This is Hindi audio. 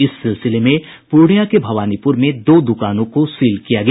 इस सिलसिले में पूर्णिया के भवानीपुर में दो दुकानों को सील किया गया